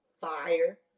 fire